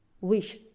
wish